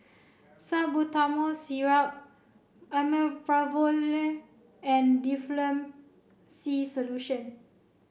Salbutamol Syrup Omeprazole and Difflam C Solution